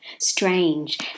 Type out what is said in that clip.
strange